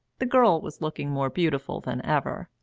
the girl was looking more beautiful than ever,